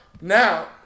Now